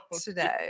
today